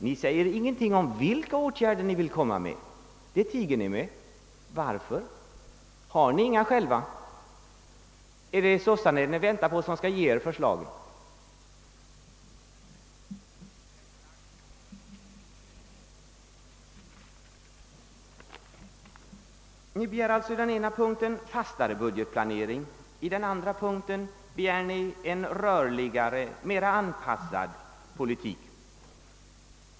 Ni säger ingenting om vilka åtgärder ni vill föreslå — det tiger ni med. Varför? Har ni inga egna förslag? Är det sossarnas förslag ni väntar på? Ni begär alltså i ena punkten en fastare budgetplanering och i den andra punkten en mer rörlig, anpassad politik.